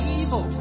evil